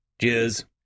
Cheers